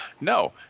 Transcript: No